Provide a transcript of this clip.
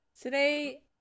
Today